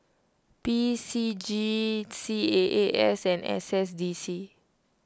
P C G C A A S and S S D C